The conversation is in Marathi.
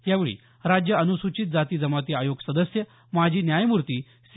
यावेळी राज्य अनुसूचित जाती जमाती आयोग सदस्य माजी न्यायमुर्ती सी